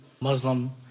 Muslim